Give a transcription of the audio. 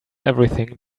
everything